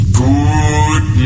good